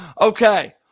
okay